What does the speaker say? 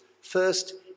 First